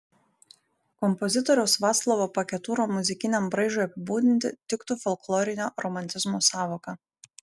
kompozitoriaus vaclovo paketūro muzikiniam braižui apibūdinti tiktų folklorinio romantizmo sąvoka